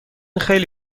خیلی